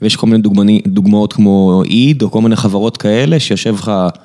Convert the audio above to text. ויש כל מיני דוגמני... דוגמאות כמו איד, או כל מיני חברות כאלה שיושב לך